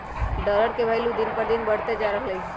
dollar के भइलु दिन पर दिन बढ़इते जा रहलई ह